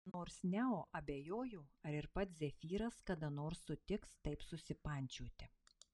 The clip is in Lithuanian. nors neo abejojo ar ir pats zefyras kada nors sutiks taip susipančioti